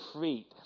feet